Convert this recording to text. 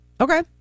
Okay